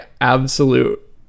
absolute